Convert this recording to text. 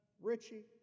Richie